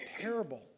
terrible